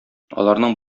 аларның